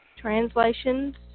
translations